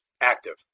active